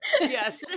Yes